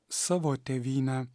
savo tėvynę